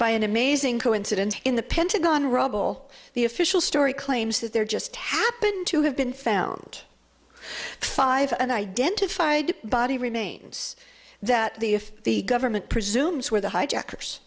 by an amazing coincidence in the pentagon rubble the official story claims that there just happened to have been found five and identified body remains that the if the government presumes were the hijackers